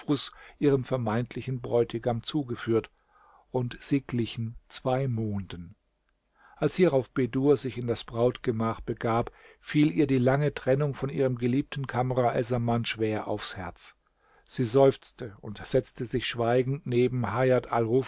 ihrem vermeintlichen bräutigam zugeführt und sie glichen zwei monden als hierauf bedur sich in das brautgemach begab fiel ihr die lange trennung von ihrem geliebten kamr essaman schwer aufs herz sie seufzte und setzte sich schweigend neben hajat